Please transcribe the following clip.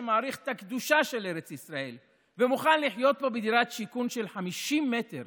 שמעריך את הקדושה של ארץ ישראל ומוכן לחיות פה בדירת שיכון של 50 מ"ר